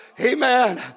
amen